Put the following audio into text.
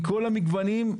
מכל המגוונים,